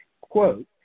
quote